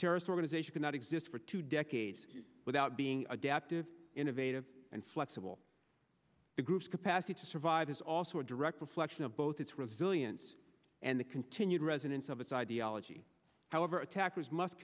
terrorist organization cannot exist for two decades without being adaptive innovative and flexible the group's capacity to survive is also a direct reflection of both its resilience and the continued residence of its ideology however attackers must